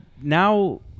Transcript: now